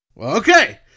Okay